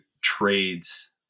trades